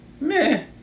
Meh